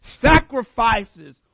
sacrifices